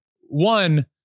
One